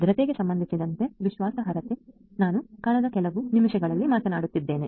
ಭದ್ರತೆಗೆ ಸಂಬಂಧಿಸಿದಂತೆ ವಿಶ್ವಾಸಾರ್ಹತೆ ನಾನು ಕಳೆದ ಕೆಲವು ನಿಮಿಷಗಳಲ್ಲಿ ಮಾತನಾಡುತ್ತಿದ್ದೇನೆ